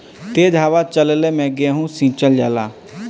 हवा तेज चलले मै गेहू सिचल जाला?